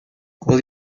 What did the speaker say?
will